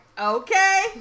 Okay